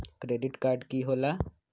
Credit card की होला?